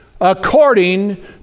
according